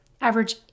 average